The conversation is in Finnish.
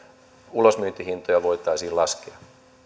ulosmyyntihintoja voitaisiin laskea